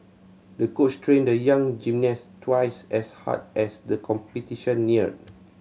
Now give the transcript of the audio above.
the coach trained the young gymnast twice as hard as the competition neared